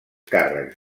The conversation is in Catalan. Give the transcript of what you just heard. càrrecs